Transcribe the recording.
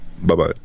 Bye-bye